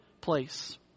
place